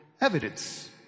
evidence